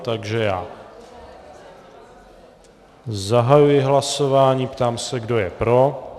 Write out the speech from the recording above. Takže já zahajuji hlasování a ptám se, kdo je pro.